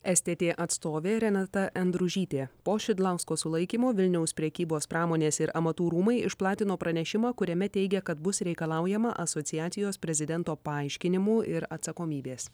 stt atstovė renata endružytė po šidlausko sulaikymo vilniaus prekybos pramonės ir amatų rūmai išplatino pranešimą kuriame teigia kad bus reikalaujama asociacijos prezidento paaiškinimų ir atsakomybės